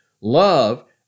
love